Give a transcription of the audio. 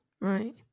right